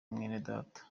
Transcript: mwenedata